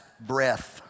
breath